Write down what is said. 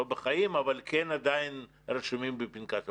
בחיים אבל כן עדיין רשומים בפנקס הבוחרים.